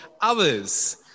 others